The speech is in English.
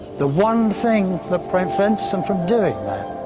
the one thing that prevents them from doing that,